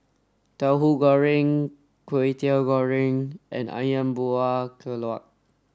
Tauhu Goreng Kway Teow Goreng and Ayam Buah Keluak